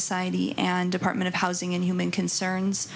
society and department of housing and human concerns